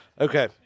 Okay